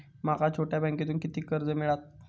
माका छोट्या बँकेतून किती कर्ज मिळात?